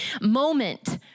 moment